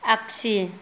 आगसि